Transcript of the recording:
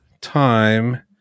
time